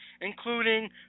including